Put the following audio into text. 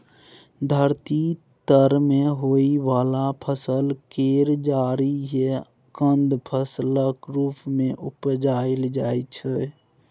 धरती तर में होइ वाला फसल केर जरि या कन्द फसलक रूप मे उपजाइल जाइ छै